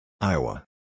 Iowa